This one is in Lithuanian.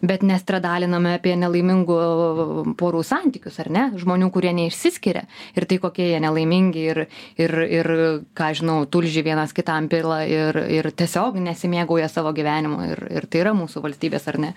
bet nestradaliname apie nelaimingų porų santykius ar ne žmonių kurie neišsiskiria ir tai kokie jie nelaimingi ir ir ir ką aš žinau tulžį vienas kitam pila ir ir tiesiog nesimėgauja savo gyvenimu ir ir tai yra mūsų valstybės ar ne